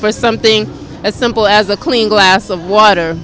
for something as simple as a clean glass of water